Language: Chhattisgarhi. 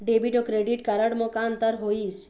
डेबिट अऊ क्रेडिट कारड म का अंतर होइस?